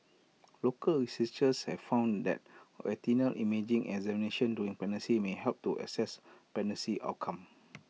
local researchers have found that retinal imaging examinations during pregnancy may help to assess pregnancy outcome